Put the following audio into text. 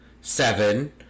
seven